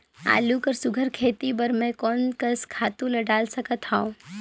आलू कर सुघ्घर खेती बर मैं कोन कस खातु ला डाल सकत हाव?